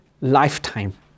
lifetime